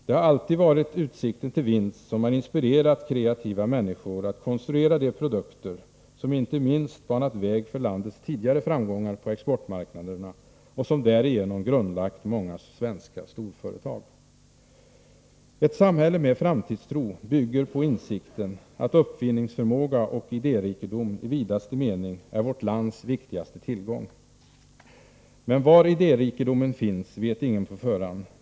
Det har alltid varit utsikten till vinst som har inspirerat kreativa människor att konstruera de produkter som inte minst banat väg för landets tidigare framgångar på exportmarknaderna och som därigenom grundlagt många svenska storföretag. Ett ”samhälle” med framtidstro bygger på insikten att uppfinningsförmåga och idérikedom i vidaste mening är vårt lands viktigaste tillgång. Men var idérikedomen finns vet ingen på förhand.